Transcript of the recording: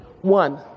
One